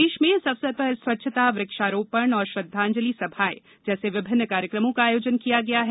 प्रदेश में इस अवसर पर स्वच्छता वृक्षारोपण और श्रद्वांजलि सभाओं जैसे विभिन्न कार्यक्रमों का आयोजन किया गया है